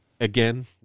again